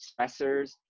stressors